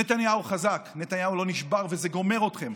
נתניהו חזק, נתניהו לא נשבר, וזה גומר אתכם.